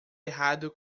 errado